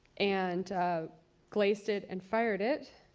and glazed it and fired it.